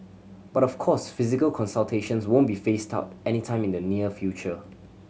but of course physical consultations won't be phased out anytime in the near future